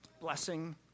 Blessing